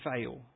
fail